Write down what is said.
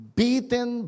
beaten